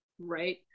right